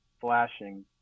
flashing